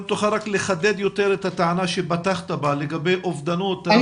לחדד יותר את הטענה שפתחת בה לגבי אובדנות.